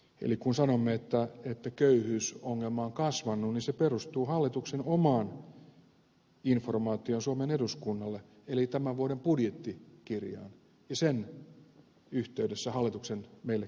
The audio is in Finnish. eli kun sanomme että köyhyysongelma on kasvanut niin se perustuu hallituksen omaan informaatioon suomen eduskunnalle eli tämän vuoden budjettikirjaan ja sen yhteydessä hallituksen meille kertomiin tietoihin